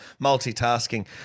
multitasking